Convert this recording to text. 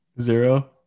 Zero